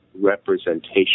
representation